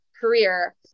career